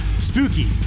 spooky